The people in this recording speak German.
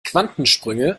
quantensprünge